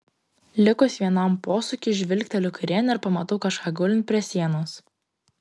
likus vienam posūkiui žvilgteliu kairėn ir pamatau kažką gulint prie sienos